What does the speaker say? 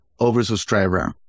oversubscriber